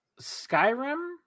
skyrim